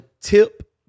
tip